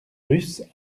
russes